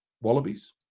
wallabies